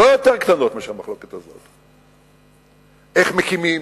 איך מקימים,